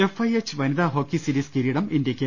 F I H വനിതാ hockey series കിരീടം ഇന്ത്യക്ക്